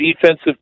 defensive